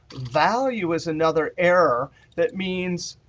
value is another error that means,